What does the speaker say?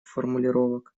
формулировок